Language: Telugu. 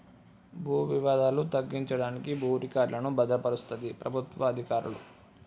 భూ వివాదాలు తగ్గించడానికి భూ రికార్డులను భద్రపరుస్తది ప్రభుత్వ అధికారులు